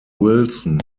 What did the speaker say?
wilson